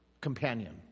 Companion